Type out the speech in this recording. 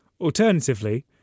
Alternatively